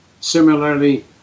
Similarly